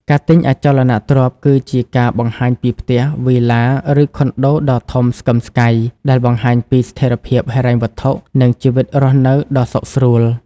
ការទិញអចលនទ្រព្យគឺជា ការបង្ហាញពីផ្ទះ វីឡា ឬខុនដូដ៏ធំស្កឹមស្កៃ ដែលបង្ហាញពីស្ថិរភាពហិរញ្ញវត្ថុ និងជីវិតរស់នៅដ៏សុខស្រួល។